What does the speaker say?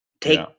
take